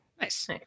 Nice